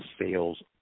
sales